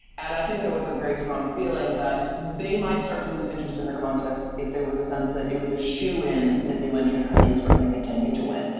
and i think there was a very strong feeling that they might start to lose interest in the contest if there was a sense that it was a shoo-in that new entering countries were going to continue to win.